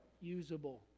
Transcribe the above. usable